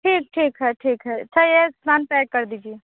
ठीक ठीक है ठीक है अच्छा ये सामान पैक कर दीजिए